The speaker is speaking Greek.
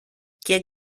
και